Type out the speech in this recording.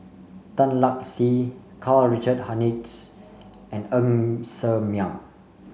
Tan Lark Sye Karl Richard Hanitsch and Ng Ser Miang